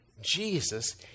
Jesus